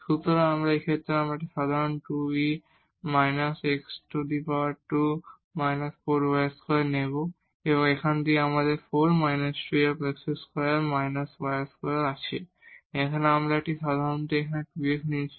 সুতরাং এই ক্ষেত্রে আমরা এই সাধারণ 2 e − x2−4 y2 নেব এখান থেকে আমাদের 4−12 x2 − y2 আছে এখানে আমরা এই সাধারণটি এখানে 2 x নিয়েছি